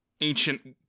ancient